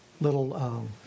little